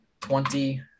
twenty